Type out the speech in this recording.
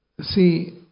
See